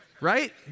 right